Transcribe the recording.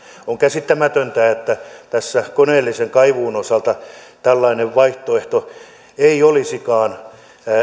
on käsittämätöntä että koneellisen kaivuun osalta tällainen vaihtoehto ei olisikaan